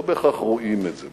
לא בהכרח רואים את זה.